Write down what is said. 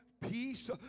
Peace